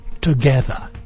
together